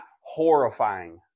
horrifying